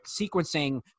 sequencing